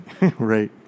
Right